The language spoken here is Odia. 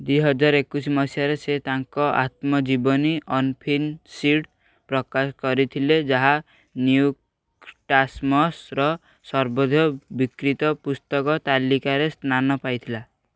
ଦୁଇହଜାର ଏକୋଇଶ ମସିହାରେ ସେ ତାଙ୍କ ଆତ୍ମଜୀବନୀ ଅନଫିନିଶ୍ଡ଼ ପ୍ରକାଶ କରିଥିଲେ ଯାହା ନ୍ୟୁୟର୍କ ଟାସମ୍ସର ସର୍ବାଧିକ ବିକ୍ରୀତ ପୁସ୍ତକ ତାଲିକାରେ ସ୍ଥାନ ପାଇଥିଲା